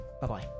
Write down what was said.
bye-bye